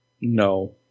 No